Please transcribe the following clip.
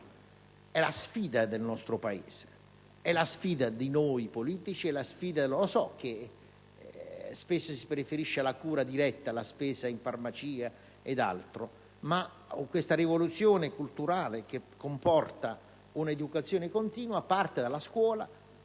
È la sfida del nostro Paese, di noi politici. So che spesso si preferisce la cura diretta alla spesa in farmacia o altro, ma questa rivoluzione culturale (che comporta una educazione continua) parte dalla scuola,